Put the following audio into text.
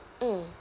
mm